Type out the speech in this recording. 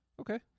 Okay